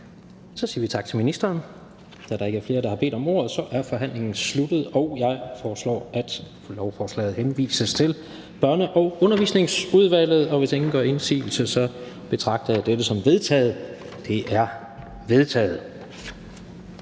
Så siger vi tak til ministeren. Da der ikke er flere, der har bedt om ordet, er forhandlingen sluttet. Jeg foreslår, at lovforslaget henvises til Børne- og Undervisningsudvalget. Og hvis ingen gør indsigelse, betragter jeg dette som vedtaget. Det er vedtaget.